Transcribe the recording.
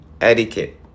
etiquette